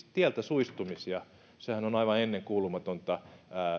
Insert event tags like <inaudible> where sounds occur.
<unintelligible> tieltä suistumisia vuosittain niin sehän on aivan ennenkuulumatonta